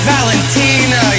Valentina